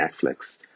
Netflix